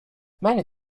many